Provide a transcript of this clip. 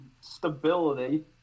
Stability